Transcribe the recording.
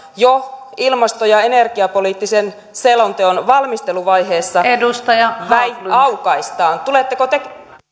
jo ilmasto ja energiapoliittisen selonteon valmisteluvaiheessa aukaistaan tuletteko te